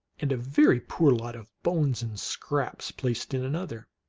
and a very poor lot of bones and scraps placed in another.